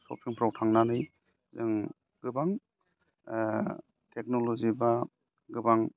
शपिंफ्राव थांनानै जों गोबां टेकनलजि बा गोबां